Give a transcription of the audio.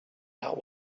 that